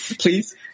please